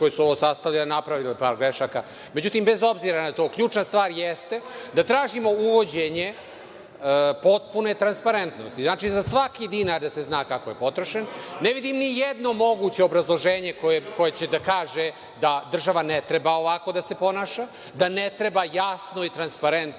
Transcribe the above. koje su ovo sastavljale napravile par grešaka. Međutim, bez obzira na to, ključna stvar jeste da tražimo uvođenje potpune transparentnosti. Znači, za svaki dinar da se zna kako je potrošen, ne vidim nijedno moguće obrazloženje koje će da kaže da država ne treba ovako da se ponaša, da ne treba jasno i transparentno